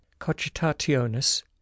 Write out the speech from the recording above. cogitationis